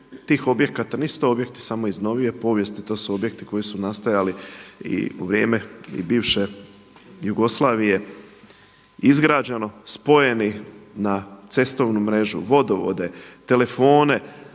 objekata nisu to objekti samo iz novije povijesti, to su objekti koji su nastajali u vrijeme i bivše Jugoslavije izgrađeno spojeni na cestovnu mrežu, vodovode, telefone,